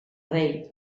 rei